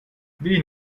wie